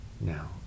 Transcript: now